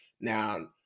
Now